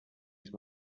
use